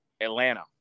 Atlanta